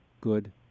good